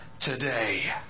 today